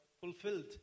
fulfilled